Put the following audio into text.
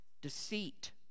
deceit